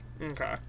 Okay